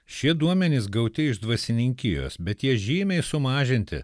šie duomenys gauti iš dvasininkijos bet jie žymiai sumažinti